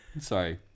Sorry